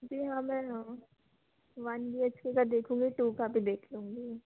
जी हाँ मैं हाँ वन बी एच के का देखूँगी और टू का भी देख लूँगी